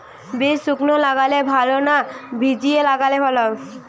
বীজ শুকনো লাগালে ভালো না ভিজিয়ে লাগালে ভালো?